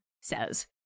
says